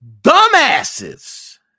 dumbasses